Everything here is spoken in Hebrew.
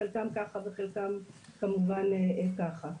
חלקם כך וחלקם כמובן כך.